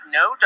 no